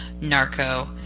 narco